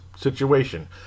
situation